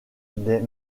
des